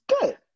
good